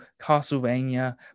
Castlevania